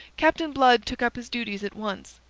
captain blood took up his duties at once.